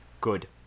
good